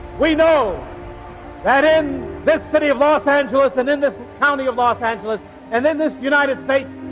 we know that in this city of los angeles and in this county of los angeles and in this united states,